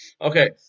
Okay